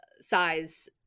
size